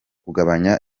kugabanya